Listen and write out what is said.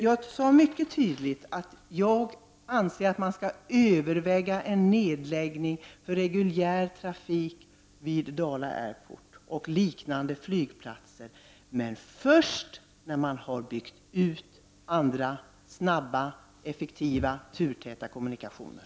Jag sade mycket tydligt att jag anser att man skall överväga en nedläggning för reguljär trafik vid Dala Airport och liknande flygplatser, men först när man har byggt ut andra, snabba, effektiva och turtäta kommunikationer.